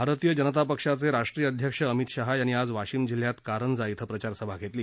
भारतीय जनता पक्षाचे राष्ट्रीय अध्यक्ष अमित शहा यांनी आज वाशिम जिल्ह्यात कारंजा इथं सभा घेतली